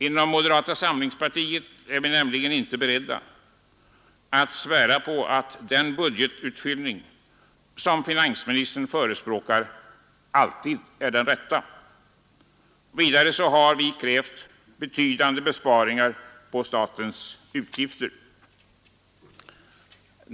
Inom moderata samlingspartiet är vi nämligen inte beredda att svära på, att den budgetutfyllning som finansministern förespråkar alltid är den rätta. Vidare har vi krävt betydande besparingar i statens utgifter.